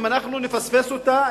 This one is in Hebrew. אם אנחנו נפספס אותה,